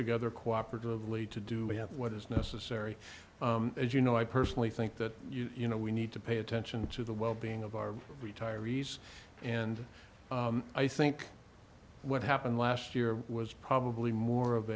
together cooperatively to do what is necessary as you know i personally think that you know we need to pay attention to the well being of our retirees and i think what happened last year was probably more of